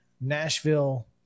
Nashville